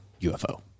UFO